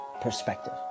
perspective